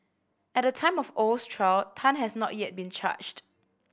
at the time of Oh's trial Tan had not yet been charged